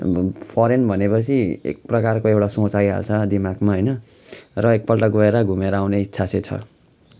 अब फरेन भने पछि एक प्रकारको एउटा सोच आइहाल्छ दिमागमा होइन र एक पल्ट गएर घुमेर आउने चाहिँ इच्छा छ